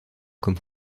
comme